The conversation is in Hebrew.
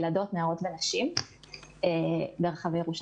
ילדות ונערות ברחבי ירושלים.